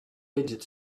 fidget